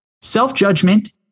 Self-judgment